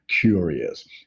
curious